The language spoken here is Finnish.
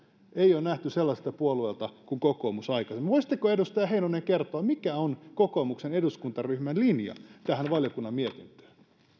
ei ole nähty sellaiselta puolueelta kuin kokoomus aikaisemmin voisitteko edustaja heinonen kertoa mikä on kokoomuksen eduskuntaryhmän linja tähän valiokunnan mietintöön